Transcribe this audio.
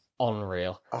Unreal